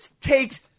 takes